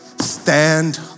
Stand